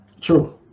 True